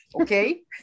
okay